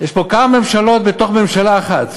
יש פה כמה ממשלות בתוך ממשלה אחת.